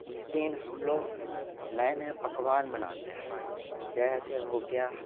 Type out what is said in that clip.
इस दिन हम लोग नए नए पकवान बनाते हैं जैसे हो गया